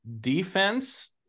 defense